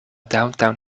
downtown